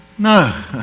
No